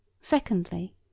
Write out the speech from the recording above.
Secondly